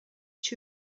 too